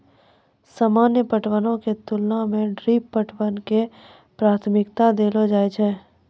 सामान्य पटवनो के तुलना मे ड्रिप पटवन के प्राथमिकता देलो जाय छै